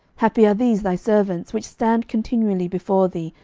happy are these thy servants, which stand continually before thee,